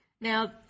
Now